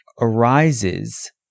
arises